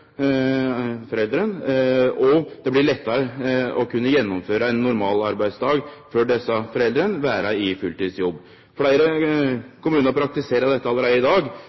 og det blir lettare å kunne gjennomføre ein normalarbeidsdag for desse foreldra, vere i fulltidsjobb. Fleire kommunar praktiserer dette allereie i dag,